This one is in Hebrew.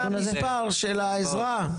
המספר של העזרה?